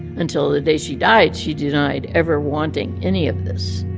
until the day she died, she denied ever wanting any of this.